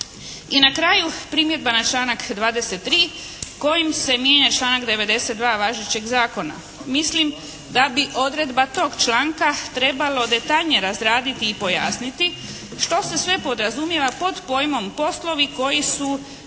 I na kraju primjedba na članak 23. kojim se mijenja članak 92. važećeg Zakona. Mislim da bi odredba tog članka trebalo detaljnije razraditi i pojasniti što se sve podrazumijeva pod pojmom poslovi koji su